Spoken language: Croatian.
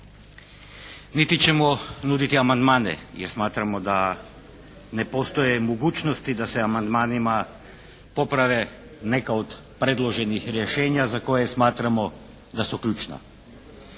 niti ćemo nuditi amandmane jer smatramo da ne postoje mogućnosti da se amandmanima poprave neka od predloženih rješenja za koje smatramo da su ključna.